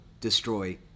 destroy